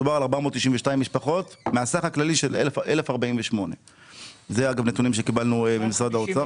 מדובר על 492 משפחות מהסך הכללי של 1,048. אלה אגב נתונים שקיבלנו במשרד האוצר.